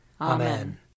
Amen